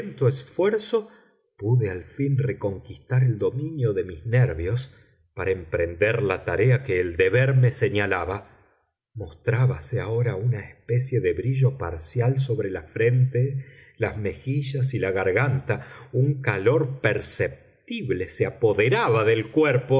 violento esfuerzo pude al fin reconquistar el dominio de mis nervios para emprender la tarea que el deber me señalaba mostrábase ahora una especie de brillo parcial sobre la frente las mejillas y la garganta un calor perceptible se apoderaba del cuerpo